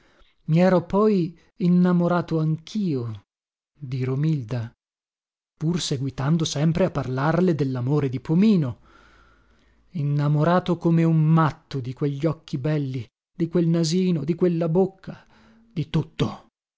i ero poi innamorato anchio di romilda pur seguitando sempre a parlarle dellamore di pomino innamorato come un matto di quegli occhi belli di quel nasino di quella bocca di tutto